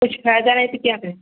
कुछ फ़ायदा नहीं तो क्या करें